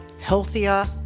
healthier